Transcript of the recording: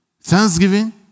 Thanksgiving